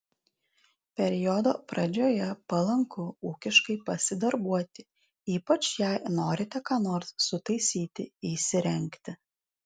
periodo pradžioje palanku ūkiškai pasidarbuoti ypač jei norite ką nors sutaisyti įsirengti